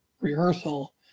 rehearsal